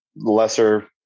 lesser